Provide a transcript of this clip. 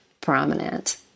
prominent